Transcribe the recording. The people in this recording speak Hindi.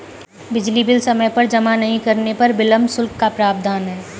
बिजली बिल समय पर जमा नहीं करने पर विलम्ब शुल्क का प्रावधान है